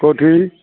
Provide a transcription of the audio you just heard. କୋଉଠି